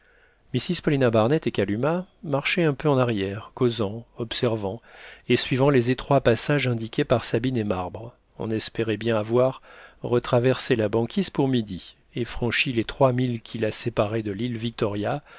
mrs paulina barnett et kalumah marchaient un peu en arrière causant observant et suivant les étroits passages indiqués par sabine et marbre on espérait bien avoir retraversé la banquise pour midi et franchi les trois milles qui la séparaient de l'île victoria